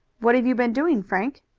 what have you been doing, frank?